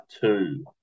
two